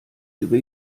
über